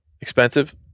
expensive